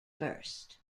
first